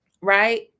Right